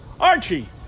Archie